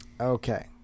Okay